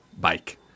bike